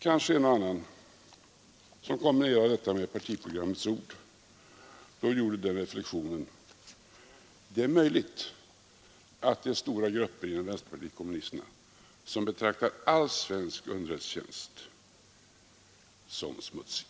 Kanske en och annan som kombinerar detta med partiprogrammets ord gjorde den reflexionen: det är möjligt att det är stora grupper inom vänsterpartiet kommunisterna som betraktar all svensk underrättelsetjänst som smutsig.